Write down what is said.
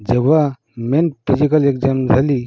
जेव्हा main physical exam झाली